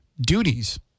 duties